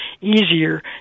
easier